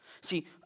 See